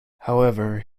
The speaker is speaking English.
however